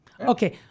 Okay